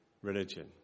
religion